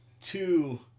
two